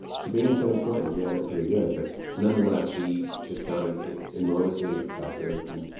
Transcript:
for being in san quentin, he had it pretty good. but nonetheless, he just found it enormously oppressive and,